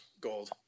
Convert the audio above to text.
gold